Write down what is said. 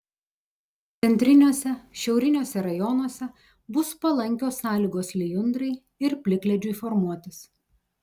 centriniuose šiauriniuose rajonuose bus palankios sąlygos lijundrai ir plikledžiui formuotis